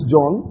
John